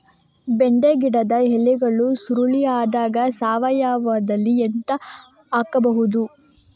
ಬೆಂಡೆ ಗಿಡದ ಎಲೆಗಳು ಸುರುಳಿ ಆದಾಗ ಸಾವಯವದಲ್ಲಿ ಎಂತ ಹಾಕಬಹುದು?